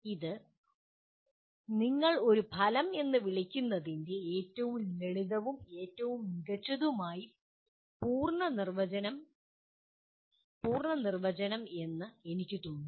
ഇത് ഒരു നിങ്ങൾ ഫലം എന്ന് വിളിക്കുന്നതിൻ്റെ ഏറ്റവും ലളിതവും ഏറ്റവും മികച്ചതുമായി പൂർണ്ണ നിർവചനം എന്ന് എനിക്ക് തോന്നുന്നു